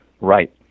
Right